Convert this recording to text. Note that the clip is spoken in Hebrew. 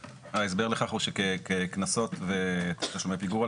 ההסבר לכך הוא שקנסות ותשלומי הפיגור על